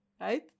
right